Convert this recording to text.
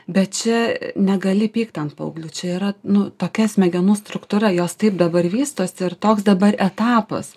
bet čia negali pykt ant paauglių čia yra nu tokia smegenų struktūra jos taip dabar vystosi ir toks dabar etapas